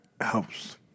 Helps